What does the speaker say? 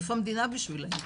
איפה המדינה בשבילם?